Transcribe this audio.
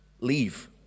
leave